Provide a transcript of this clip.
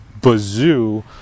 bazoo